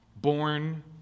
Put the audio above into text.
Born